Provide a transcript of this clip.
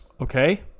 okay